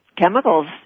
chemicals